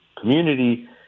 community